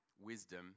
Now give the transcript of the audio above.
wisdom